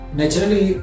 naturally